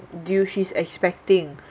dude she's expecting